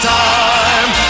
time